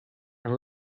and